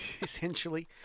essentially